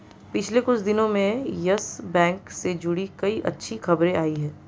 पिछले कुछ दिनो में यस बैंक से जुड़ी कई अच्छी खबरें आई हैं